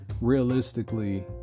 realistically